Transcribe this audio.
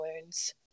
wounds